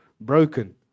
broken